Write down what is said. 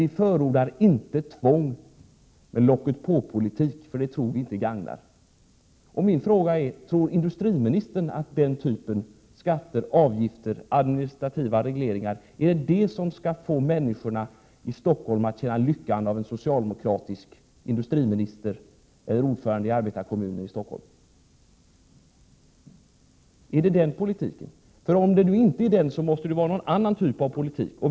Vi förordar inte tvång och locket-på-politik, för det tror vi inte gagnar. Min fråga är: Tror industriministern att den typen av åtgärder — skatter, avgifter och administrativa regleringar — är något som kan få människorna i Stockholm att känna lyckan av en socialdemokratisk industriminister eller ordförande i arbetarkommunen i Stockholm? Om det inte är den politiken som skall föras, måste det vara någon annan.